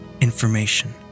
Information